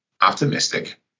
optimistic